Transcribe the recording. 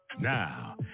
Now